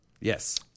Yes